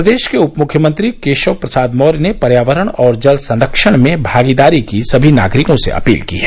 प्रदेश के उपमुख्यमंत्री केशव मौर्य ने पर्यावरण और जल संरक्षण में भागीदारी की सभी नागरिकों से अपील की है